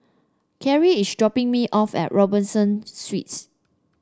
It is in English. Kerrie is dropping me off at Robinson Suites